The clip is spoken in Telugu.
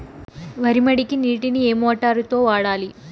వరి మడికి నీటిని ఏ మోటారు తో వాడాలి?